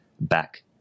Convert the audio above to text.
back